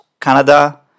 Canada